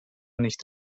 nicht